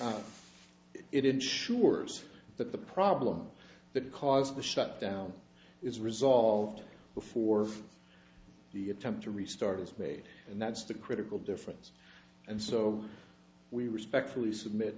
t it ensures that the problem that caused the shutdown is resolved before the attempt to restart is made and that's the critical difference and so we respectfully submit